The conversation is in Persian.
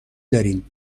داریم